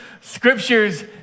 scriptures